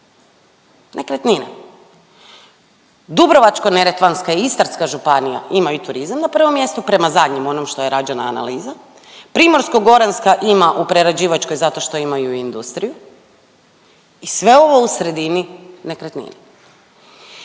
nekretnine. Dubrovačko-neretvanska i Istarska županija imaju turizam na prvom mjestu prema zadnjem onom što je rađena analiza. Primorsko-goranska ima u prerađivačkoj zato što imaju i industriju i sve ovo u sredini nekretnine.